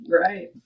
right